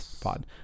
pod